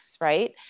right